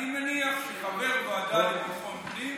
אני מניח שחבר ועדת ביטחון הפנים